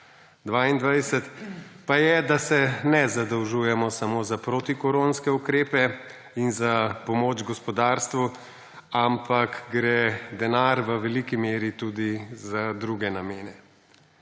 2022, pa je, da se ne zadolžujemo samo za protikoronske ukrepe in za pomoč gospodarstvu, ampak gre denar v veliki meri tudi za druge namene.